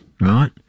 right